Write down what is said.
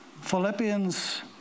Philippians